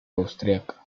austríaca